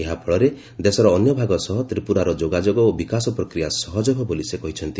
ଏହାଫଳରେ ଦେଶର ଅନ୍ୟଭାଗ ସହ ତ୍ରିପୁରାର ଯୋଗାଯୋଗ ଓ ବିକାଶ ପ୍ରକ୍ରିୟା ସହଜ ହେବ ବୋଲି ସେ କହିଛନ୍ତି